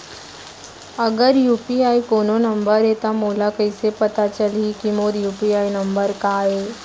अगर यू.पी.आई कोनो नंबर ये त मोला कइसे पता चलही कि मोर यू.पी.आई नंबर का ये?